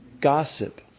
gossip